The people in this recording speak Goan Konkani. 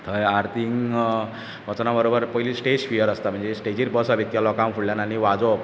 थंय आरतीक वचना बरोबर पयली स्टॅज फियर आसता म्हणजे स्टॅजीर बसप इतक्या लोकां फुडल्यान आनी वाजोवप